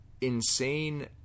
insane